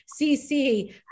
CC